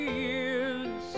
years